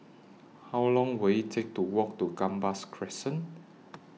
How Long Will IT Take to Walk to Gambas Crescent